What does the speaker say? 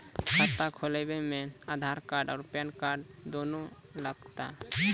खाता खोलबे मे आधार और पेन कार्ड दोनों लागत?